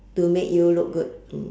to make you look good